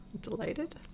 delighted